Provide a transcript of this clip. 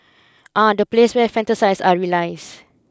ah the place where fantasise are realised